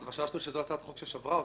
רבותי,